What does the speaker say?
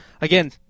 again